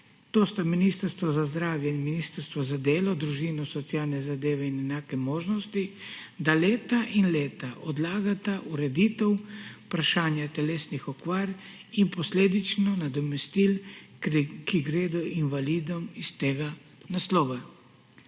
to sta Ministrstvo za zdravje in Ministrstvo za delo, družino, socialne zadeve in enake možnosti, da leta in leta odlagata ureditev vprašanja telesnih okvir in posledično nadomestil, ki gredo invalidom iz tega naslova.